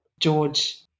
George